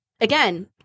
again